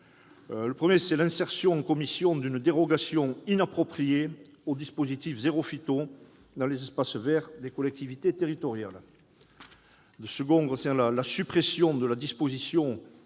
Premièrement, sur l'insertion en commission d'une dérogation inappropriée au dispositif « zéro phyto » dans les espaces verts des collectivités territoriales. Deuxièmement, sur la suppression de la disposition